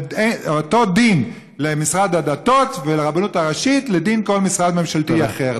והדין למשרד הדתות ולרבנות הראשית הוא כדין כל משרד ממשלתי אחר.